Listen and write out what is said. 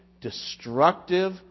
destructive